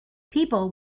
people